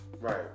Right